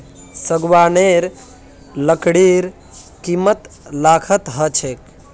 सागवानेर लकड़ीर कीमत लाखत ह छेक